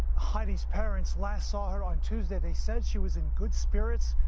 heidi's parents last saw her on tuesday. they said she was in good spirits.